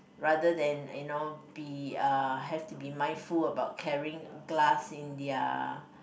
rather than you know be uh have to be mindful about carrying glass in their